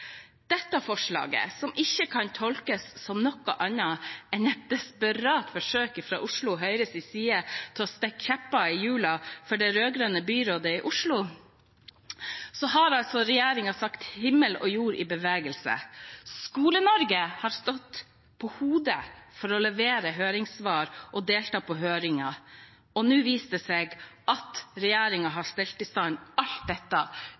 Dette forslaget kan ikke tolkes som noe annet enn et desperat forsøk fra Oslo Høyres side på å stikke kjepper i hjulene for det rød-grønne byrådet i Oslo. Regjeringen har satt himmel og jord i bevegelse. Skole-Norge har stått på hodet for å levere høringssvar og delta på høringer. Nå viser det seg at regjeringen har stelt i stand alt dette